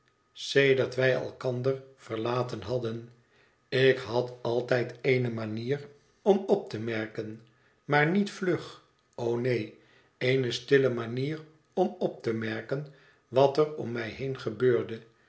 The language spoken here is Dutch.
sedert wij elkander verlaten hadden ik had altijd eene manier om op te merken maar niet vlug o neen eene stille manier om op te merken wat er om mij heen gebeurde